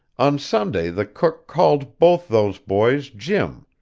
on sunday the cook called both those boys jim,